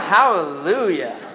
Hallelujah